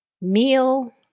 meal